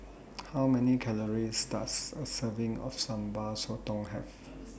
How Many Calories Does A Serving of Sambal Sotong Have